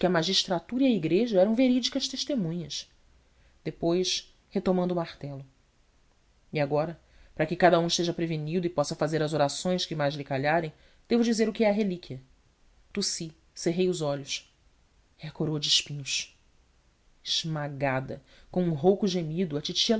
magistratura e a igreja eram verídicas testemunhas depois retomando o martelo e agora para que cada um esteja prevenido e possa fazer as orações que mais lhe calharem devo dizer o que é a relíquia tossi cerrei os olhos é a coroa de espinhos esmagada com um rouco gemido a titi